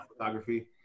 photography